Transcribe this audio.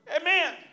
Amen